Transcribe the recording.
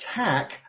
attack